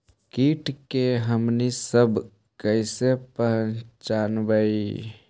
किट के हमनी सब कईसे पहचनबई?